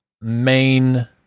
main